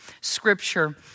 scripture